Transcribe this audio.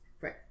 Right